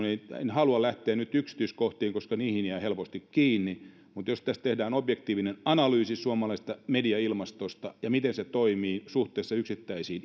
en halua lähteä nyt yksityiskohtiin koska niihin jää helposti kiinni mutta jos tehdään objektiivinen analyysi suomalaisesta mediailmastosta ja siitä miten se toimii suhteessa yksittäisiin